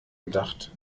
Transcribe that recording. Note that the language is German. gedacht